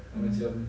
mm